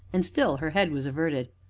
and still her head was averted.